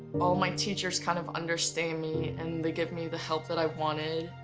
all my teachers kind of understand me and they give me the help that i wanted.